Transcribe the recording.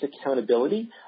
accountability